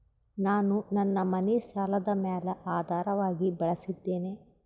ನಾನು ನನ್ನ ಮನಿ ಸಾಲದ ಮ್ಯಾಲ ಆಧಾರವಾಗಿ ಬಳಸಿದ್ದೇನೆ